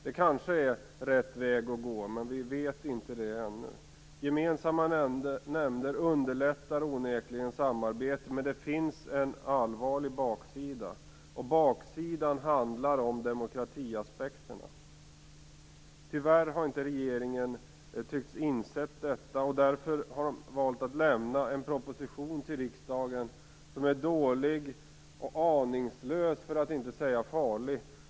Det kanske är rätt väg att gå. Men vi vet inte det ännu. Gemensamma nämnder underlättar onekligen samarbetet. Men det finns en allvarlig baksida. Baksidan handlar om demokratiaspekterna. Tyvärr tycks inte regeringen ha insett detta. Därför har man valt att lämna en proposition till riksdagen som är dålig och aningslös, för att inte säga farlig.